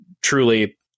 truly